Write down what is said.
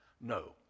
No